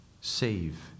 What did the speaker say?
save